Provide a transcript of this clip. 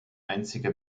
einzige